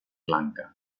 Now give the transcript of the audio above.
lanka